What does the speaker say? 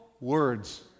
words